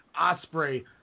Osprey